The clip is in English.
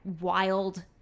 wild